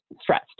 stressed